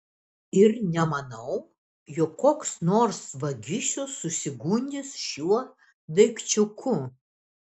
ir nemanau jog koks nors vagišius susigundys šiuo daikčiuku